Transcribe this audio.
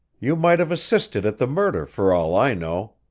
you might have assisted at the murder, for all i know.